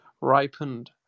ripened